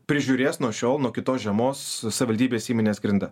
prižiūrės nuo šiol nuo kitos žiemos savivaldybės įmonės grinda